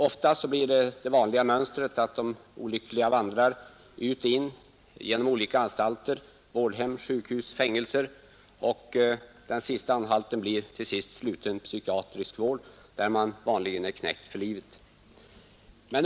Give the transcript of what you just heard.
Oftast blir det det vanliga mönstret, att de olyckliga vandrar ut och in genom olika anstalter: vårdhem, sjukhus, fängelser. Den sista anhalten kan bli sluten psykiatrisk vård, och då är man vanligen knäckt för livet.